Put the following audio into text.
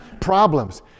problems